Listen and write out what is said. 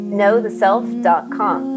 knowtheself.com